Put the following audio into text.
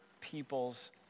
People's